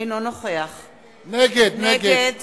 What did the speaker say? נגד